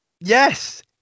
Yes